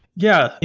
yeah.